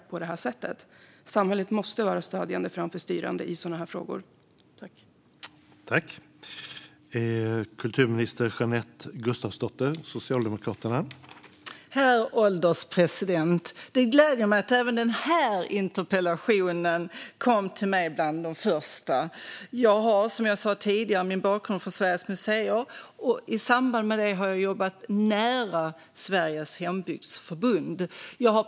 Arbetet är organiserat i en nodorganisation bestående av fem nodmyndigheter med nätverk av institutioner, civilsamhällesaktörer, utövare med flera. Fäbodkulturen finns med i Institutet för språk och folkminnens förteckning Levande traditioner - Levandetraditioner.se - som tar upp exempel på immateriella kulturarv i Sverige.